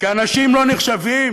כי אנשים לא נחשבים